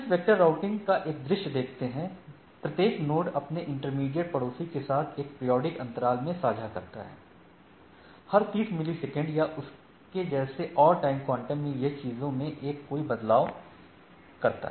distance vector routing का एक दृश्य देखते हैं प्रत्येक नोड अपने इमीडिएट पड़ोसी के साथ एक पीरियोडिक अंतराल में साझा करता है हर 30 मिलीसेकंड या उसके जैसे और टाइम क्वांटम में या चीजों में जब कोई बदलाव होता है